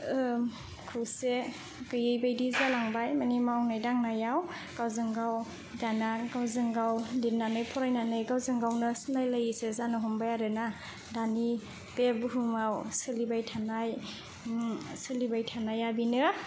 खौसे गोयै बायदि जालांबाय माने मावनाय दांनायाव गावजोंगाव दाना गावजोंगाव लिरनानै फरायनानै गावजोंगावनो सिनायलायैसो जानो हमबाय आरो ना दानि बे बुहुमाव सोलिबाय थानाय सोलिबाय थानाया बेनो